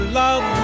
love